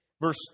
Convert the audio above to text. Verse